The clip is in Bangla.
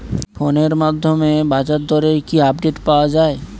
ফোনের মাধ্যমে বাজারদরের কি আপডেট পাওয়া যায়?